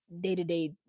day-to-day